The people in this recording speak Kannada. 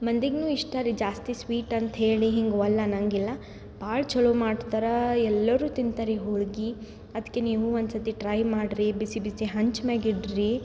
ಮಂದಿಗು ಇಷ್ಟ ರೀ ಜಾಸ್ತಿ ಸ್ವೀಟ್ ಅಂತ ಹೇಳಿ ಹಿಂಗೆ ಒಲ್ಲೆ ಅನ್ನೋಂಗಿಲ್ಲ ಭಾಳ್ ಚಲೋ ಮಾಡ್ತಾರ ಎಲ್ಲರು ತಿಂತಾರೆ ಈ ಹೋಳ್ಗೆ ಅದ್ಕೆ ನೀವು ಒಂದ್ಸತಿ ಟ್ರೈ ಮಾಡ್ರಿ ಬಿಸಿ ಬಿಸಿ ಹಂಚ್ಮೆಲೆ ಇಡ್ರಿ